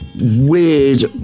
weird